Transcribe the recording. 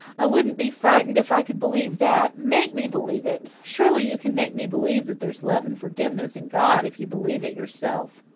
i wouldn't be frightened if i could believe that. make me believe it. surely you can make me believe that there's love and forgiveness in god if you believe it yourself.